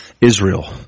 Israel